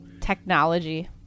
Technology